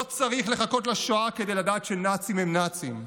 לא צריך לחכות לשואה כדי לדעת שנאצים הם נאצים.